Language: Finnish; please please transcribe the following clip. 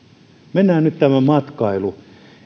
mennään nyt tämä matkailu